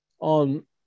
on